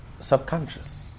subconscious